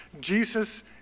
Jesus